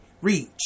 reach